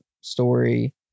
story